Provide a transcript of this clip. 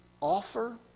offer